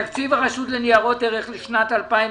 תקציב הרשות לניירות ערך לשנת 2021,